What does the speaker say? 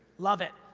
love it.